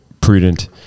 prudent